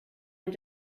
and